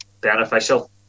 beneficial